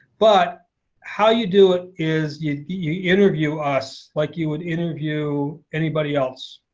but how you do it is you you interview us like you would interview anybody else.